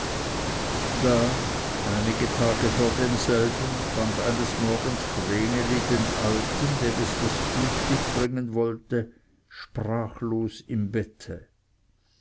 da einige tage vor demselben fand eines morgens vreneli den alten dem es das frühstück bringen wollte sprachlos im bette